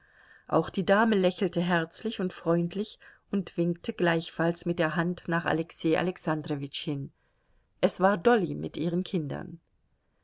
auch die dame lächelte herzlich und freundlich und winkte gleichfalls mit der hand nach alexei alexandrowitsch hin es war dolly mit ihren kindern